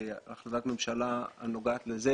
בהחלט ת ממשלה הנוגעת לזה